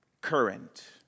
current